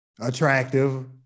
attractive